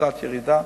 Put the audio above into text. קצת ירידה.